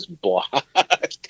block